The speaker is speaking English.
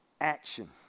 action